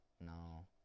No